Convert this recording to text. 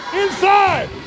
inside